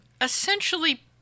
essentially